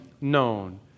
known